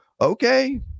Okay